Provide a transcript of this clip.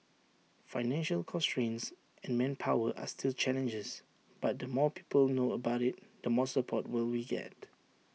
financial constraints and manpower are still challenges but the more people know about IT the more support we will get